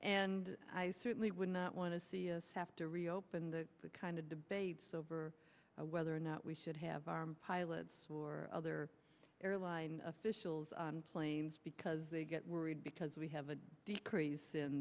and i certainly would not want to see us have to reopen the kind of debates over whether or not we should have armed pilots or other airline officials on planes because they get worried because we have a decrease in